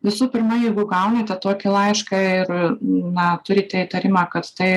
visų pirma jeigu gaunate tokį laišką ir na turite įtarimą kad tai